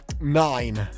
nine